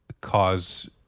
cause